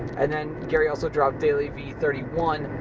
and then, gary also dropped dailyvee thirty one,